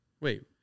Wait